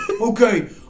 Okay